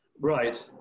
right